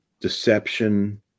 deception